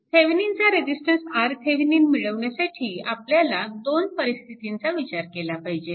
थेविनिनचा resistance RThevenin मिळविण्यासाठी आपल्याला 2 परिस्थितींचा विचार केला पाहिजे